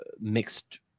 mixed